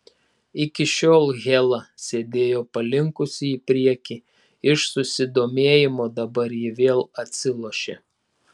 iki šiol hela sėdėjo palinkusi į priekį iš susidomėjimo dabar ji vėl atsilošė